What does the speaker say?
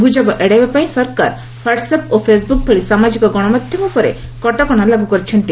ଗ୍ରଜବ ଏଡାଇବା ପାଇଁ ସରକାର ହ୍ୱାଟଅପ୍ ଓ ଫେସବୁକ୍ ଭଳି ସାମାଜିକ ଗଣମାଧ୍ୟମ ଉପରେ କଟକଶା ଲାଗୁ କରିଛନ୍ତି